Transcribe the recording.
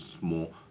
more